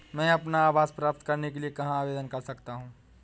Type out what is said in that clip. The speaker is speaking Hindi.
मैं अपना आवास प्राप्त करने के लिए कहाँ आवेदन कर सकता हूँ?